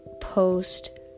post